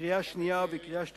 בקריאה שנייה ובקריאה שלישית,